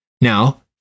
Now